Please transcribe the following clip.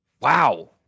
wow